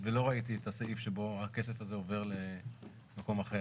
ולא ראיתי את הסעיף בו הכסף הזה עובר למקום אחר.